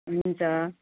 हुन्छ